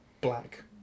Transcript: black